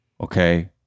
Okay